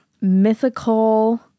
mythical